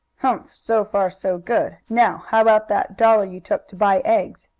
humph! so far so good. now how about that dollar you took to buy eggs?